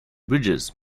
bridges